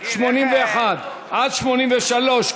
81 83,